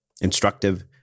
instructive